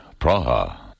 Praha